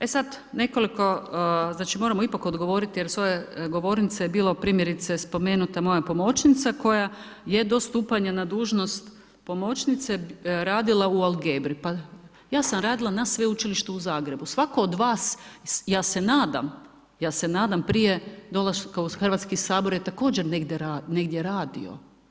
E sada nekoliko, znači moramo ipak odgovoriti, jer s ove govornice je bilo primjerice spomenuta moja pomoćnica koja je do stupanja na dužnost pomoćnice radila u Algebri, pa ja sam radila na Sveučilištu u Zagrebu, svatko od vas, ja se nadam, ja se nadam prije dolaska u Hrvatski sabor je također negdje radio.